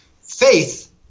Faith